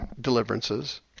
deliverances